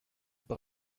par